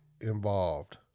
involved